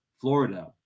Florida